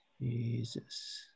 Jesus